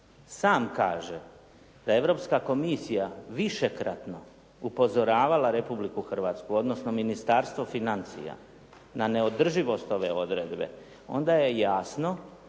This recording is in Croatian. sam kaže da je Europska komisija višekratno upozoravala Republiku Hrvatsku, odnosno Ministarstvo financija na neodrživost ove odredbe, onda je jasno